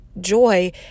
joy